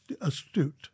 astute